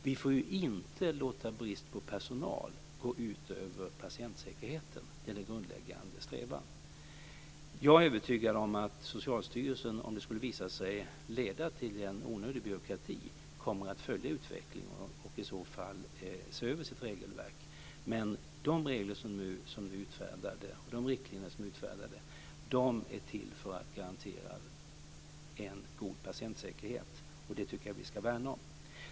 Vi får inte låta brist på personal gå ut över patientsäkerheten - det är den grundläggande strävan. Jag är övertygad om att Socialstyrelsen, om det skulle visa sig att det här leder till en onödig byråkrati, kommer att följa utvecklingen och i så fall se över sitt regelverk. De regler och riktlinjer som nu är utfärdade är till för att garantera en god patientsäkerhet och det tycker jag att vi ska värna om.